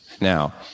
now